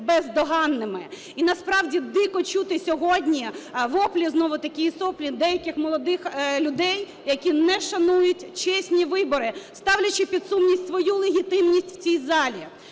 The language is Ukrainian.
бездоганними. І, насправді, дико чути сьогодні воплі знову-таки і соплі деяких молодих людей, які не шанують чесні вибори, ставлячи під сумнів свою легітимність в цій залі.